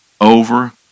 over